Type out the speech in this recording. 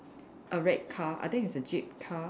a red car I think it's a jeep car